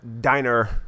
diner